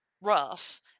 rough